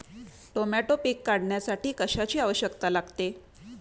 Tomato पीक काढण्यासाठी कशाची आवश्यकता लागते?